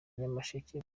nyamasheke